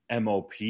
MOP